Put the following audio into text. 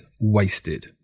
wasted